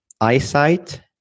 eyesight